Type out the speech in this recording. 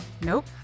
Nope